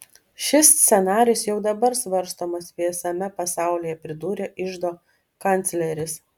šis scenarijus jau dabar svarstomas visame pasaulyje pridūrė iždo kancleris